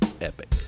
epic